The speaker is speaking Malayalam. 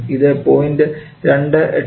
ഇത് 0